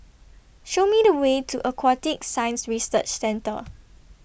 Show Me The Way to Aquatic Science Research Centre